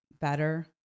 better